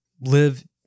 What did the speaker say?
live